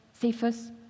Cephas